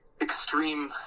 extreme